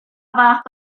fath